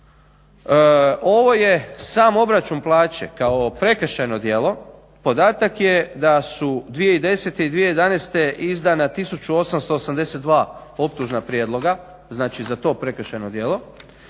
Ovo je sam obračun plaće kao prekršajno djelo podatak je da su 2010. i 2011. izdana 1882 optužna prijedloga, znači za to prekršajno djelo,